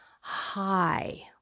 high